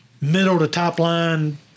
middle-to-top-line